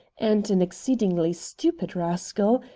and an exceedingly stupid rascal,